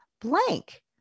blank